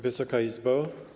Wysoka Izbo!